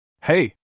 Hey